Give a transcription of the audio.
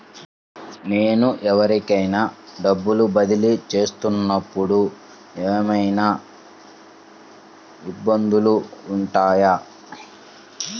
నేను ఎవరికైనా డబ్బులు బదిలీ చేస్తునపుడు ఏమయినా ఇబ్బందులు వుంటాయా?